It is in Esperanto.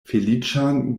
feliĉan